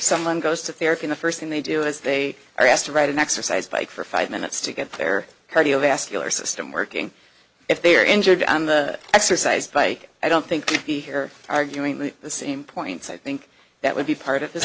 someone goes to therapy the first thing they do is they are asked to write an exercise bike for five minutes to get their cardiovascular system working if they are injured on the exercise bike i don't think you'd be here arguing the same points i think that would be part of this